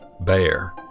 bear